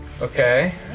Okay